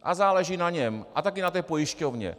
A záleží na něm a také na té pojišťovně.